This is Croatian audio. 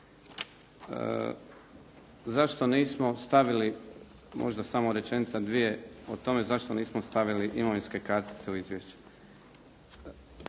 Zašto nismo stavili, možda samo rečenica-dvije o tome zašto nismo stavili imovinske kartice u izvješće?